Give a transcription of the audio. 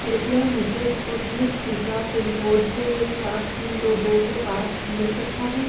कृपया मुझे स्पुतनिक टीका पिन कोड छः एक सात तीन दो दो के पास मिल सकता है